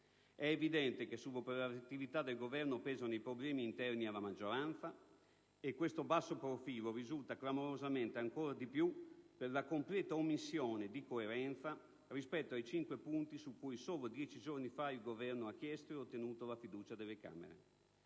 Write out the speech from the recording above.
È evidente che sulla operatività del Governo pesano i problemi interni alla maggioranza, e questo basso profilo risulta clamorosamente ancor di più per la completa omissione di coerenza rispetto ai cinque punti su cui solo dieci giorni fa il Governo ha chiesto ed ottenuto la fiducia delle Camere.